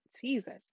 Jesus